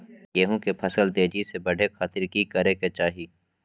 गेहूं के फसल तेजी से बढ़े खातिर की करके चाहि?